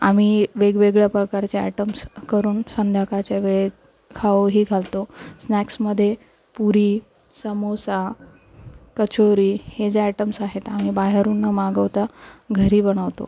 आम्ही वेगवेगळ्या प्रकारचे ॲटम्स करून संध्याकाळच्या वेळेत खाऊही घालतो स्नॅक्समध्ये पुरी सामोसा कचोरी हे जे ॲटम्स आहेत आम्ही बाहेरून न मागवता घरी बनवतो